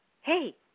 hey